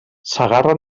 segarra